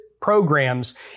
programs